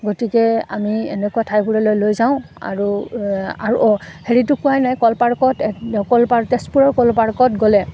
গতিকে আমি এনেকুৱা ঠাইবোৰেলৈ লৈ যাওঁ আৰু আৰু হেৰিটো কোৱাই নাই ক'ল পাৰ্কত ক'ল পাৰ্ক তেজপুৰৰ ক'ল পাৰ্কত গ'লে